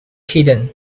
hidden